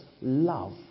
love